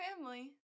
family